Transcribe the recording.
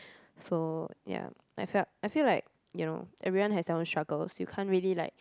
so ya I felt I feel like you know everyone have their own struggle so you can't really like